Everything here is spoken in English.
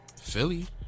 Philly